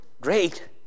great